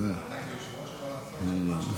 אתה היושב-ראש, אתה יכול לעשות מה שאתה רוצה.